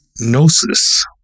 Gnosis